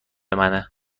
منه